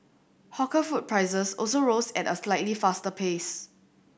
hawker food prices also rose at a slightly faster pace